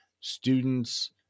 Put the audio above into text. students